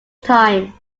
time